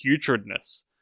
putridness